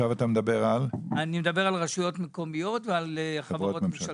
עתה אני מדבר על רשויות מקומיות ועל חברות ממשלתיות.